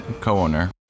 co-owner